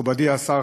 מכובדי השר,